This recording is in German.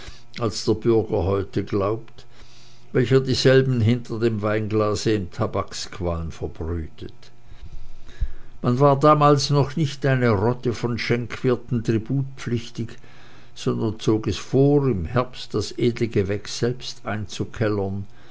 als der bürger heute glaubt welcher dieselben hinter dem weinglase im tabaksqualm verbrütet man war damals noch nicht einer rotte von schenkwirten tributpflichtig sondern zog es vor im herbste das edle gewächs selbst einzukellern